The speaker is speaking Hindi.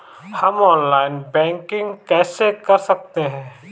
हम ऑनलाइन बैंकिंग कैसे कर सकते हैं?